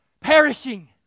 perishing